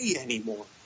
anymore